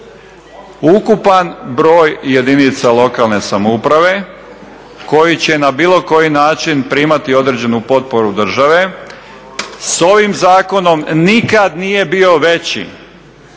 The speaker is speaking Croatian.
ukupan broj jedinica lokalne samouprave koji će na bilo koji način primati određenu potporu države s ovim zakonom nikad nije bio veći,